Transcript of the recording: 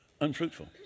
unfruitful